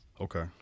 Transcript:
Okay